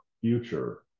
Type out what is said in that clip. future